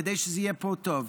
כדי שיהיה פה טוב.